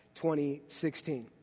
2016